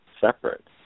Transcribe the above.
separate